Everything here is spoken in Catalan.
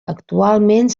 actualment